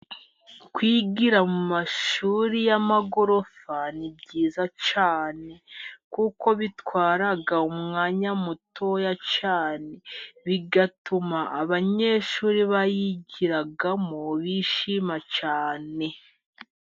Kwigira mu mashuri y’amagorofa ni byiza cyane kuko bitwara umwanya mutoya cyane, bigatuma abanyeshuri bayigiramo bishima cyane.